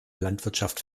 landwirtschaft